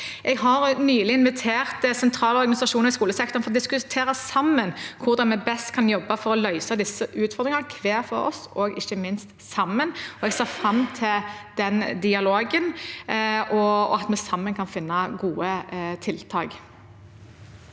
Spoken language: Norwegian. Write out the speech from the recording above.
Jeg har nylig invitert sentrale organisasjoner i skolesektoren til å diskutere sammen hvordan vi best kan jobbe for å løse disse utfordringene hver for oss og ikke minst sammen. Jeg ser fram til den dialogen og at vi sammen kan finne gode tiltak.